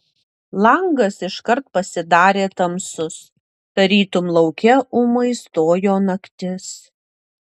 langas iškart pasidarė tamsus tarytum lauke ūmai stojo naktis